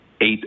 eight